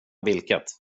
vilket